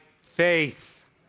faith